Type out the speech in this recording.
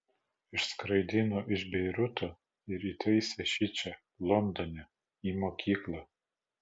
išskraidino iš beiruto ir įtaisė šičia londone į mokyklą